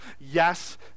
Yes